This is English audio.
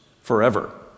forever